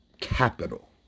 capital